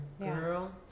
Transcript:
girl